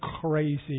crazy